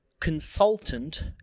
consultant